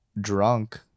drunk